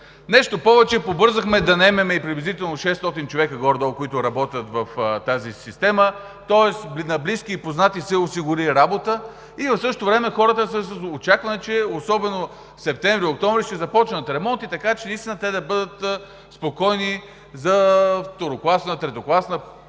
Нещо повече, побързахме да наемем и приблизително 600 човека, които да работят в тази система, тоест на близки и познати се осигури работа, и в същото време хората са с очакване, че особено септември – октомври ще започнат ремонти, така че наистина те да бъдат спокойни за второкласна, третокласна